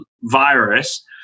virus